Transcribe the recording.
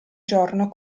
giorno